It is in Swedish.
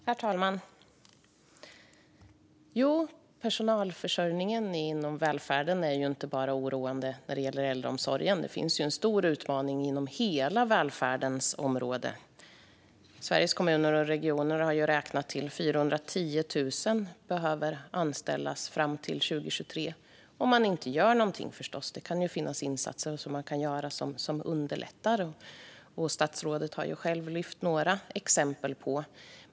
Herr talman! Personalförsörjningen inom välfärden är inte bara oroande när det gäller äldreomsorgen, utan det finns en stor utmaning inom hela välfärdens område. Sveriges Kommuner och Regioner har räknat till 410 000 som behöver anställas de kommande åren - om man inte gör någonting, förstås. Det kan ju finnas insatser som man kan göra som underlättar. Statsrådet har själv lyft några exempel på detta.